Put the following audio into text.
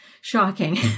shocking